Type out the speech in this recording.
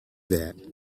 that